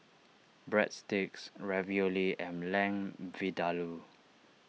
Breadsticks Ravioli and Lamb Vindaloo